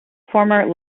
former